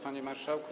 Panie Marszałku!